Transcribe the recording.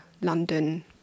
London